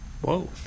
Whoa